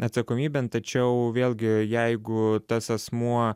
atsakomybėn tačiau vėlgi jeigu tas asmuo